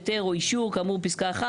היתר או אישור כאמור בפסקה (1),